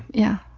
yeah.